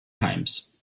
times